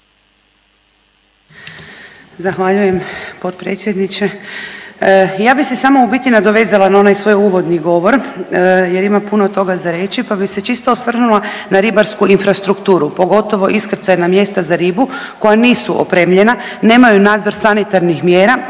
Zahvaljujem potpredsjedniče. Ja bi se samo u biti nadovezala na onaj svoj uvodni govor jer ima puno toga za reći pa bih se čisto osvrnula na ribarsku infrastrukturu, pogotovo iskrcajna mjesta za ribu koja nisu opremljena, nemaju nadzor sanitarnih mjera,